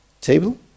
table